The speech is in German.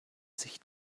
sich